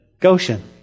Goshen